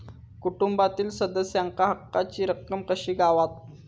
कुटुंबातील सदस्यांका हक्काची रक्कम कशी गावात?